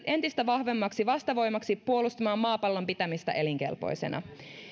entistä vahvemmaksi vastavoimaksi puolustamaan maapallon pitämistä elinkelpoisena